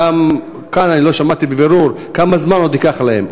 גם כאן אני לא שמעתי בבירור כמה זמן עוד ייקח להם,